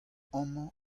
amañ